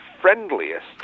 friendliest